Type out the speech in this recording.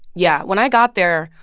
yeah. when i got there,